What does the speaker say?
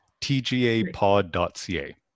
tgapod.ca